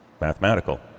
mathematical